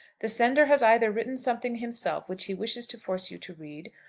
the sender has either written something himself which he wishes to force you to read,